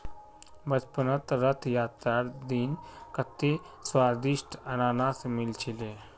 बचपनत रथ यात्रार दिन कत्ते स्वदिष्ट अनन्नास मिल छिले